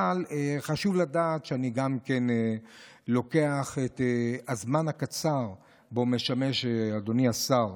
אבל חשוב לדעת שאני לוקח את הזמן הקצר שבו משמש השר